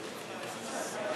התשע"ו